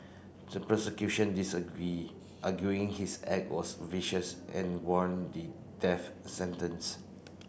the prosecution disagree arguing his act was vicious and warranted death sentence